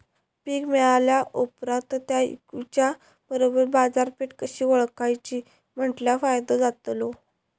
पीक मिळाल्या ऑप्रात ता इकुच्या बरोबर बाजारपेठ कशी ओळखाची म्हटल्या फायदो जातलो?